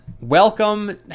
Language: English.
welcome